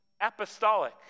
apostolic